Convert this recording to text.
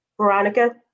Veronica